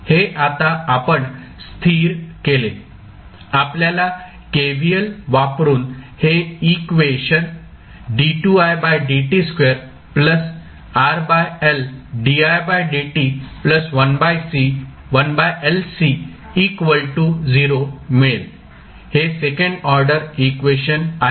हे आता आपण स्थिर केले आपल्याला KVL वापरूण हे इक्वेशन मिळेल हे सेकंड ऑर्डर इक्वेशन आहे